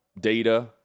data